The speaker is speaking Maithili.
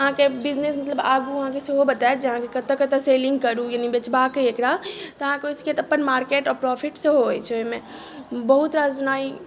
अहाँके बिजनेस मतलब आगू अहाँके सेहो बतायत जे कि अहाँ कतय कतय सेलिंग करू यानि बेचबाक अइ एकरा तऽ अहाँकेँ ओहिसँ की हैत अपन मार्केट आओर प्रोफिट सेहो होइत छै ओहिमे बहुत रास जेना ई